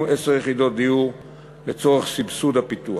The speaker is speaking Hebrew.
עשר יחידות דיור לצורך סבסוד הפיתוח.